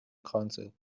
council